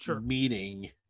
Meaning